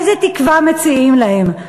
איזו תקווה מציעים להם?